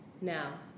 now